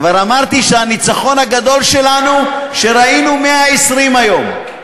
כבר אמרתי שהניצחון הגדול שלנו הוא שראינו 120 היום.